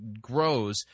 grows